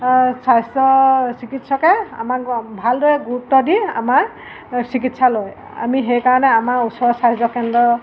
স্বাস্থ্য চিকিৎসকে আমাক ভালদৰে গুৰুত্ব দি আমাৰ চিকিৎসা লয় আমি সেইকাৰণে আমাৰ ওচৰৰ স্বাস্থ্যকেন্দ্ৰ